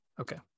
Okay